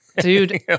Dude